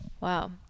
Wow